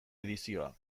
edizioa